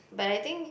but I think